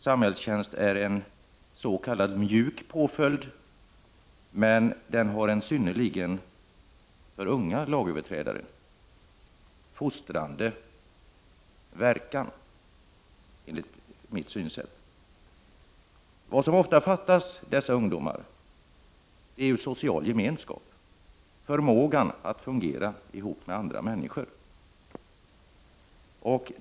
Samhällstjänst är en s.k. mjuk påföljd, men den har enligt mitt synsätt en synnerligen fostrande verkan, särskilt för unga lagöverträdare. Det som ofta fattas dessa ungdomar är social gemenskap, förmågan att fungera ihop med andra människor.